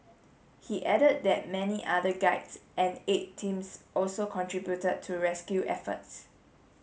he added that many other guides and aid teams also contributed to rescue efforts